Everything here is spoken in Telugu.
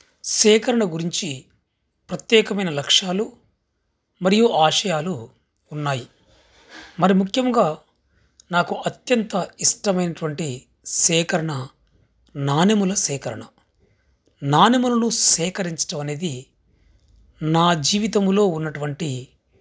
సేకరణ గురించి ప్రత్యేకమైన లక్ష్యాలు మరియు ఆశయాలు ఉన్నాయి మరి ముఖ్యంగా నాకు అత్యంత ఇష్టమైనటువంటి సేకరణ నాణెముల సేకరణ నాణెములను సేకరించటమనేది నా జీవితంలో ఉన్నటువంటి